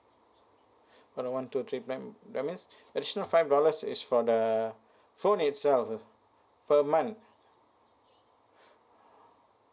one two three plan that means additional five dollars is for the phone itself is per month